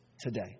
today